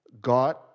God